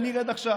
אני ארד עכשיו.